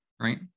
right